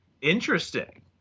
Interesting